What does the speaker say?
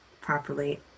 properly